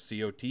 COT